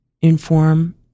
inform